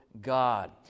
God